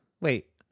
Wait